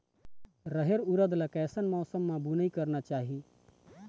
रहेर उरद ला कैसन मौसम मा बुनई करना चाही?